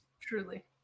Truly